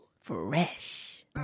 Fresh